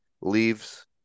leaves